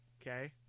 Okay